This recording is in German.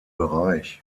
bereich